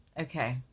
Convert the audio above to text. Okay